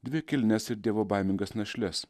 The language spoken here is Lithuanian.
dvi kilnias ir dievobaimingas našles